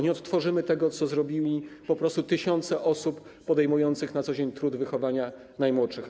Nie odtworzymy tego, co zrobiły tysiące osób podejmujących na co dzień trud wychowania najmłodszych.